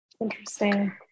interesting